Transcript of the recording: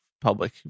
public